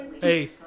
Hey